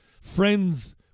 friends